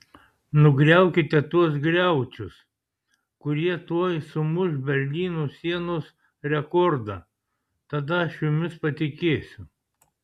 nugriaukite tuos griaučius kurie tuoj sumuš berlyno sienos rekordą tada aš jumis patikėsiu